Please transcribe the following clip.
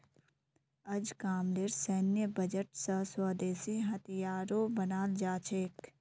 अजकामलेर सैन्य बजट स स्वदेशी हथियारो बनाल जा छेक